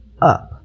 up